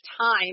Time